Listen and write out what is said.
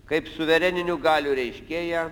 kaip suvereninių galių reiškėja